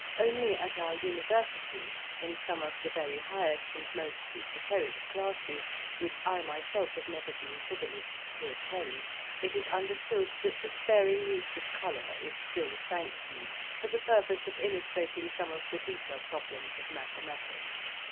only at our university in some of the very highest and most esoteric classes which i myself have never been privileged to attend it is understood that the sparing use of colour is still sanctioned for the purpose of illustrating some of the deeper problems of mathematics.